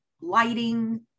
lighting